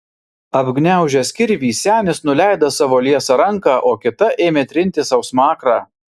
apgniaužęs kirvį senis nuleido savo liesą ranką o kita ėmė trinti sau smakrą